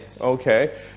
Okay